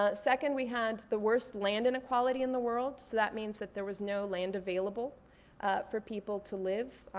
ah second, we had the worst land inequality in the world. that means that there was no land available for people to live.